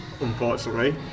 unfortunately